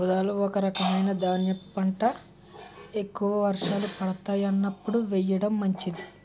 ఊదలు ఒక రకమైన ధాన్యపు పంట, ఎక్కువ వర్షాలు పడతాయి అన్నప్పుడు వేయడం మంచిది